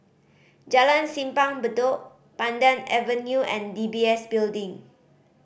Jalan Simpang Bedok Pandan Avenue and D B S Building